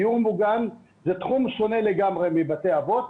דיור מוגן זה תחום שונה לגמרי מבתי אבות.